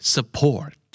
Support